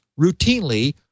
routinely